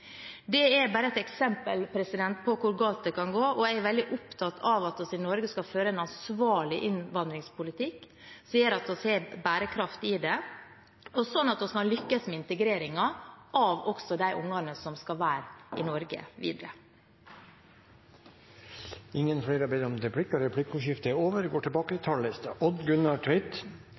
Det er bare ett eksempel på hvor galt det kan gå. Jeg er veldig opptatt av at vi i Norge skal føre en ansvarlig innvandringspolitikk som gjør at det er bærekraft i den, og slik at vi kan lykkes med integreringen også av de barna som skal være i Norge videre. Replikkordskiftet er over. De talere som heretter får ordet, har